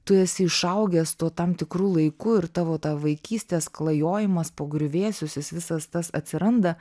tu esi išaugęs tuo tam tikru laiku ir tavo ta vaikystės klajojimas po griuvėsius jis visas tas atsiranda